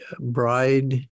bride